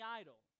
idol